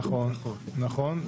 נכון.